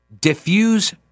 diffuse